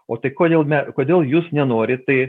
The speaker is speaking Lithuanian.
o tai kodėl kodėl jūs nenorit tai